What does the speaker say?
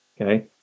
Okay